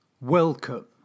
Welcome